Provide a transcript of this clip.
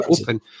open